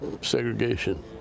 segregation